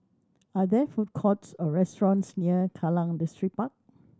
are there food courts or restaurants near Kallang Distripark